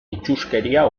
itsuskeria